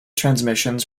transmissions